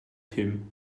him